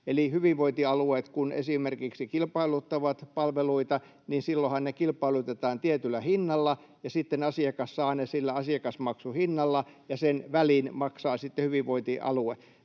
hyvinvointialueet kilpailuttavat palveluita, silloinhan ne kilpailutetaan tietyllä hinnalla ja sitten asiakas saa ne sillä asiakasmaksun hinnalla ja sen välin maksaa sitten hyvinvointialue.